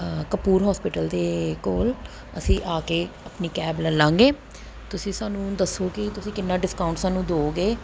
Kapoor hospital ਦੇ ਕੋਲ ਅਸੀਂ ਆ ਕੇ ਆਪਣੀ ਕੈਬ ਲੈ ਲਵਾਂਗੇ ਤੁਸੀਂ ਸਾਨੂੰ ਦੱਸੋ ਕਿ ਤੁਸੀਂ ਕਿੰਨਾ ਡਿਸਕਾਊਟ ਸਾਨੂੰ ਦਿਓਗੇ